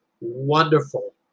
wonderful